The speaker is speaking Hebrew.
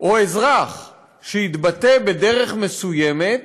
או אזרח שיתבטא בדרך מסוימת,